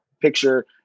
picture